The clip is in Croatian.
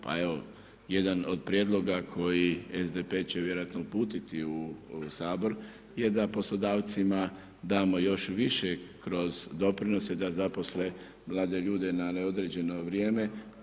Pa evo, jedan od prijedloga koji SDP će vjerojatno uputiti u Sabor je da poslodavcima damo još više kroz doprinose da zaposle mlade ljude na neodređeno vrijeme.